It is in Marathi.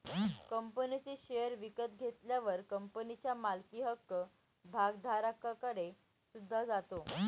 कंपनीचे शेअर विकत घेतल्यावर कंपनीच्या मालकी हक्क भागधारकाकडे सुद्धा जातो